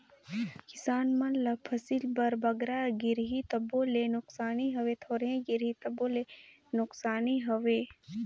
किसान मन ल फसिल बर बगरा गिरही तबो ले नोसकानी हवे, थोरहें गिरही तबो ले नोसकानी हवे